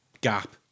Gap